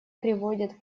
приводят